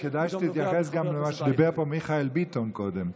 כדאי שתתייחס גם למה שאמר פה מיכאל ביטון קודם,